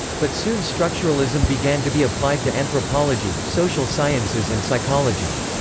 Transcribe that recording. but soon structuralism began to be applied to anthropology, social sciences and psychology.